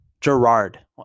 Gerard